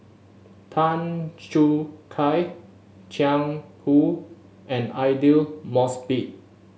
Tan Choo Kai Jiang Hu and Aidli Mosbit